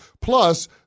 Plus